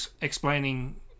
explaining